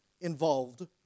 involved